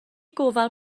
gofal